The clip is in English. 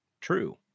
true